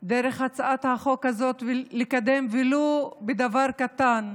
דרך הצעת החוק הזאת, לקדם ולו בדבר קטן,